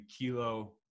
kilo